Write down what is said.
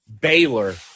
Baylor